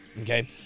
Okay